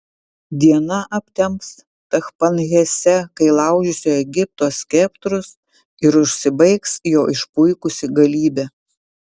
diena aptems tachpanhese kai laužysiu egipto skeptrus ir užsibaigs jo išpuikusi galybė